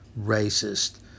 racist